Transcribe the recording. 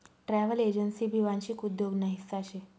travel agency भी वांशिक उद्योग ना हिस्सा शे